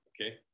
okay